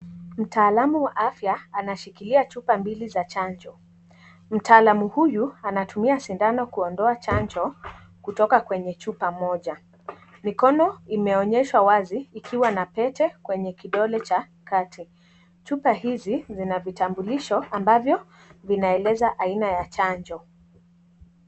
Mtaalamu wa afya, anashikilia chupa mbili za chanjo. Mtaalamu huyu anatumia sindano kuondoa chanjo, kutoka kwenye chupa moja. Mikono imeonyeshwa wazi, ikiwa na pete kwenye kidole cha kati. Chupa hizi, zina vitambulisho, ambavyo vinaeleza aina ya chanjo.